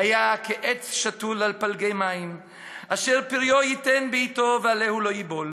והיה כעץ שתול על פלגי מים אשר פריו ייתן בעתו ועלהו לא יבול,